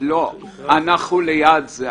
-- אנחנו ליד זה.